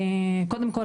קודם כל,